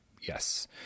Yes